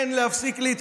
כן להפסיק להתקטנן,